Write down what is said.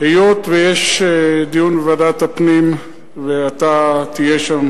היות שיש דיון בוועדת הפנים ואתה תהיה שם,